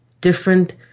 different